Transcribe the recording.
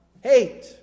Hate